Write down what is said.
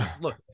Look